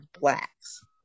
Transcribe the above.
Blacks